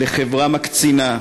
לחברה מקצינה,